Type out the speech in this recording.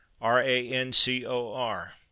R-A-N-C-O-R